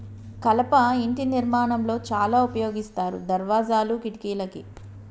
కలప ఇంటి నిర్మాణం లో చాల ఉపయోగిస్తారు దర్వాజాలు, కిటికలకి